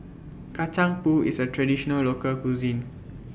Kacang Pool IS A Traditional Local Cuisine